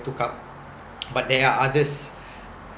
took up but there are others